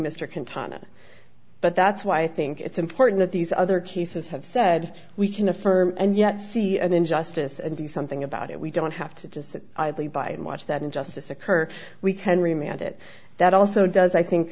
contaminant but that's why i think it's important that these other cases have said we can affirm and yet see an injustice and do something about it we don't have to just sit idly by and watch that injustice occur we can remain and it that also does i think